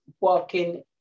walking